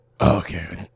Okay